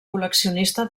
col·leccionista